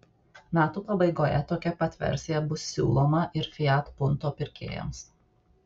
metų pabaigoje tokia pat versija bus siūloma ir fiat punto pirkėjams